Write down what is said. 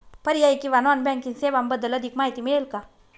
पर्यायी किंवा non banking सेवांबद्दल अधिक माहिती मिळेल का?